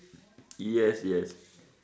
yes yes